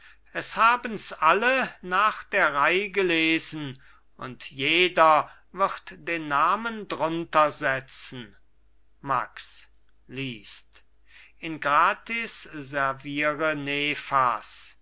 es habens alle nach der reih gelesen und jeder wird den namen druntersetzen max liest ingratis servire